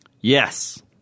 Yes